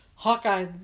Hawkeye